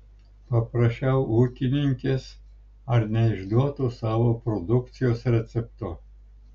paprašiau ūkininkės ar neišduotų savo produkcijos recepto